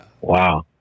Wow